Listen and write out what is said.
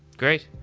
great.